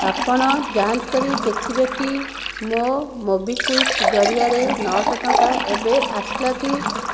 ଆପଣ ଯାଞ୍ଚ କରି ଦେଖିବେ କି ମୋ' ମୋବିକ୍ଵିକ୍ ଜରିଆରେ ନଅଶହ ଟଙ୍କା ଏବେ ଆସିଲା କି